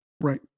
Right